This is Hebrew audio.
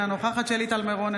אינה נוכחת שלי טל מירון,